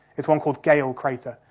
it's one called galle crater.